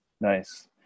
nice